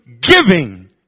giving